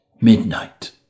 midnight